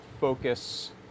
focus